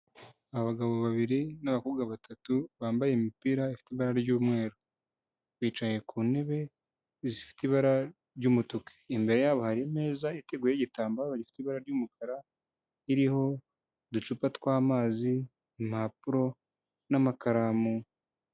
Abagabo babiri n'abakobwa batatu bambaye imipira ifite ibara ry'umweru bicaye ku ntebe zifite ibara ry'umutuku. Imbere yabo hari ameza iteguye y'igitambaro gifite ibara ry'umukara iriho uducupa tw'amazi, impapuro n'amakaramu.